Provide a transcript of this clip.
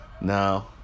No